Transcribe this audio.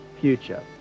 future